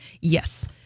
Yes